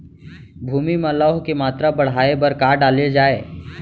भूमि मा लौह के मात्रा बढ़ाये बर का डाले जाये?